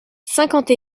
cinquante